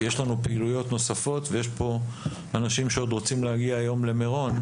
כי יש לנו פעילויות נוספות ויש פה אנשים שעוד רוצים להגיע היום למירון,